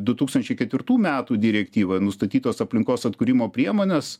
du tūkstančiai ketvirtų metų direktyvoje nustatytos aplinkos atkūrimo priemonės